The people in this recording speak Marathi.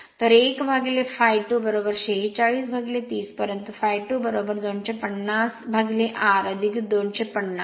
तर 1 ∅ 2 46 30 परंतु ∅ 2 250 R 250